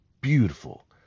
beautiful